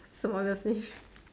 smaller fish